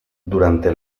durante